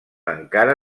encara